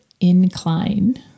incline